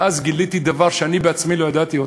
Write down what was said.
ואז גיליתי דבר שאני בעצמי לא ידעתי אותו,